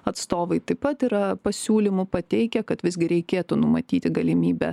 atstovai taip pat yra pasiūlymų pateikę kad visgi reikėtų numatyti galimybę